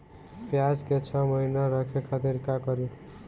प्याज के छह महीना रखे खातिर का करी?